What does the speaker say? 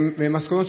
הן דווקא,